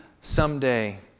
someday